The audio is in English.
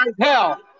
hell